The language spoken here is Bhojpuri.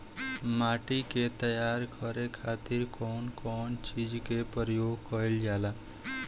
माटी के तैयार करे खातिर कउन कउन चीज के प्रयोग कइल जाला?